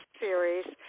series